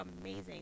amazing